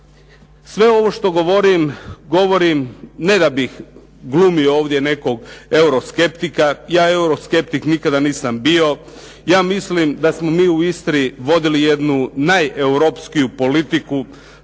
Sve ovo što govorim, govorim ne da bih glumio ovdje nekog euroskeptika. Ja euroskeptik nikada nisam bio. Ja mislim da smo mi u Istri vodili jednu najeuropskiju politiku